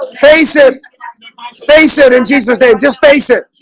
face it face it in jesus then just face it.